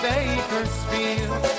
Bakersfield